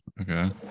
Okay